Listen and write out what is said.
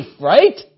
right